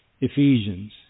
Ephesians